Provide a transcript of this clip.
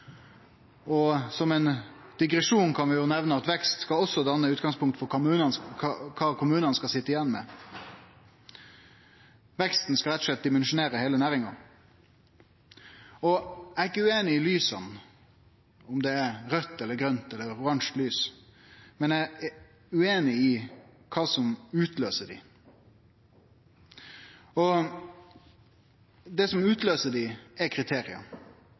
Og som ein digresjon kan vi nemne at vekst også skal danne utgangspunkt for kva kommunane skal sitje igjen med. Veksten skal rett og slett dimensjonere heile næringa. Eg er ikkje ueinig i lysa – om det er raudt eller grønt eller oransje lys – men eg er ueinig i kva som utløyser dei. Det som utløyser dei, er kriteria,